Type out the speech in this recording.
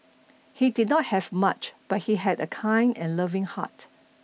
he did not have much but he had a kind and loving heart